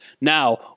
Now